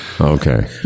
Okay